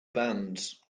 bands